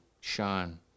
Sean